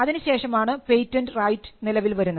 അതിനുശേഷമാണ് patent right നിലവിൽ വരുന്നത്